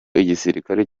igisirikare